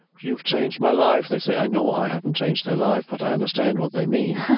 you've changed my life, they say. i know i haven't changed their life, but i understand what they mean ok